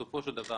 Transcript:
בסופו של דבר,